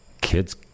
Kids